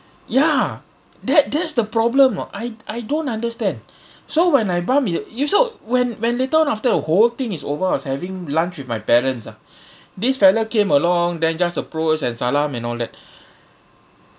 ya that that's the problem orh I I don't understand so when I bump into you know so when when later on after the whole thing is over I was having lunch with my parents ah this fellow came along then just approach and salam and all that